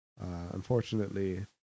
unfortunately